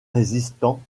résistants